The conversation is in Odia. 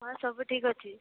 ହଁ ସବୁ ଠିକ ଅଛି